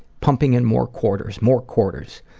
pumping in more quarters, more quarters.